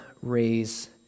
raise